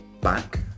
back